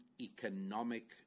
economic